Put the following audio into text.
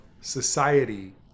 society